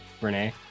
Renee